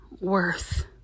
Worth